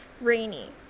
rainy